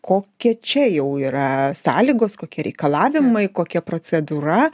kokia čia jau yra sąlygos kokie reikalavimai kokia procedūra